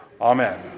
Amen